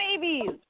babies